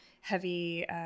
heavy